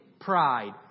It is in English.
pride